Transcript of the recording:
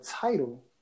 title